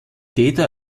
täter